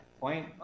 Point